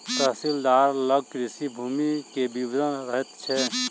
तहसीलदार लग कृषि भूमि के विवरण रहैत छै